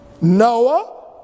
Noah